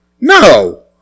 No